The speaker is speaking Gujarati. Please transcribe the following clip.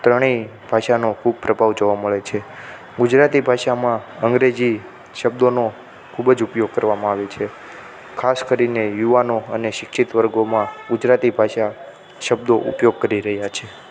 ત્રણે ભાષાનો ખૂબ પ્રભાવ જોવા મળે છે ગુજરાતી ભાષામાં અંગ્રેજી શબ્દોનો ખૂબ જ ઉપયોગ કરવામાં આવે છે ખાસ કરીને યુવાનો અને શિક્ષિત વર્ગોમાં ગુજરાતી ભાષા શબ્દો ઉપયોગ કરી રહ્યા છે